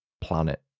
planet